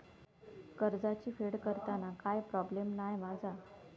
कर्जाची फेड करताना काय प्रोब्लेम नाय मा जा?